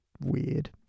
weird